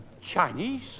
Chinese